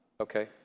Okay